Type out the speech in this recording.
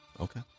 Okay